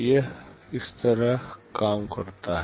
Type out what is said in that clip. यह इस तरह काम करता है